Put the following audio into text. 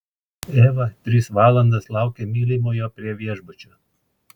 eva tris valandas laukė mylimojo prie viešbučio